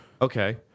Okay